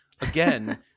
again